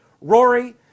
Rory